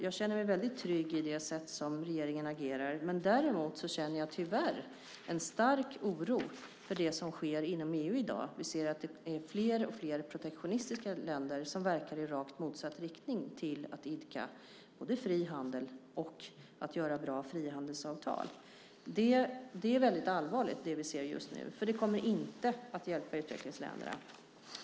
Jag känner mig väldigt trygg i det sätt som regeringen agerar på, men däremot känner jag tyvärr en stark oro för det som sker inom EU i dag. Vi ser att det finns fler och fler protektionistiska länder, som verkar i rakt motsatt riktning mot att både idka fri handel och göra bra frihandelsavtal. Det vi ser just nu är väldigt allvarligt, för det kommer inte att hjälpa utvecklingsländerna.